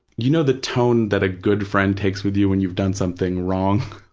you know the tone that a good friend takes with you when you've done something wrong?